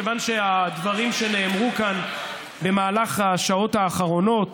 כיון שהדברים שנאמרו כאן במהלך השעות האחרונות